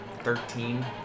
Thirteen